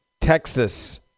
Texas